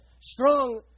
strong